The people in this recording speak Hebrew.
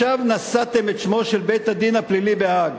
לשווא נשאתם את שמו של בית-הדין הפלילי בהאג,